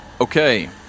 Okay